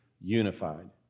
unified